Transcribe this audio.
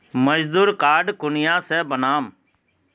मजदूर कार्ड कुनियाँ से बनाम?